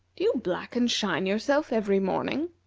do you black and shine yourself every morning?